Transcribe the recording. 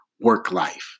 work-life